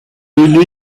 une